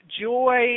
joy